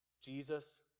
Jesus